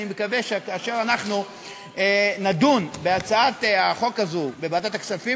אני מקווה שכאשר אנחנו נדון בהצעת החוק הזו בוועדת הכספים,